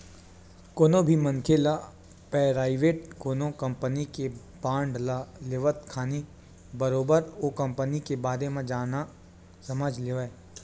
कोनो भी मनखे ल पराइवेट कोनो कंपनी के बांड ल लेवत खानी बरोबर ओ कंपनी के बारे म जान समझ लेवय